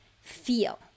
feel